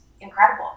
incredible